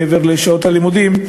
מעבר לשעות הלימודים,